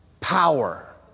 Power